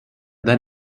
then